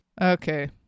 Okay